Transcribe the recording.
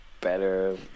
better